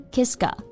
Kiska 。